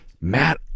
Matt